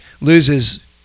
loses